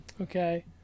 Okay